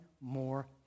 more